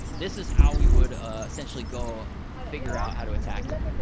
this is how we would ah essentially go figure out how to attack it.